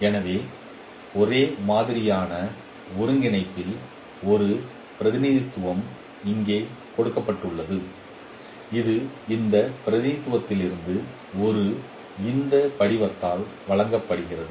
எனவே ஒரே மாதிரியான ஒருங்கிணைப்பில் ஒரு பிரதிநிதித்துவம் இங்கே கொடுக்கப்பட்டுள்ளது இது இந்த பிரதிநிதித்துவத்திலிருந்து ஒரு இந்த படிவத்தால் வழங்கப்படுகிறது